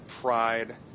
pride